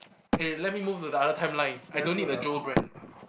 eh let me move to the other timeline I don't need the Joe brand